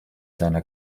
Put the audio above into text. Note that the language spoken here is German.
seiner